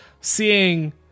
seeing